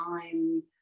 time